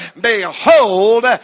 Behold